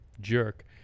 jerk